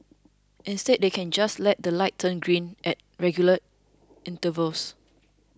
instead they can just let the lights turn green at regular intervals